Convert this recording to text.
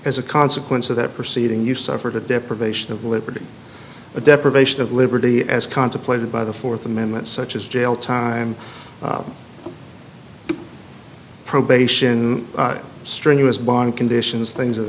as a consequence of that proceeding you suffered a deprivation of liberty a deprivation of liberty as contemplated by the fourth amendment such as jail time probation strenuous bond conditions things of